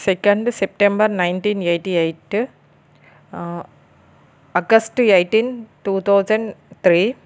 second September nineteen eighty eight ah August eighteen two thousand three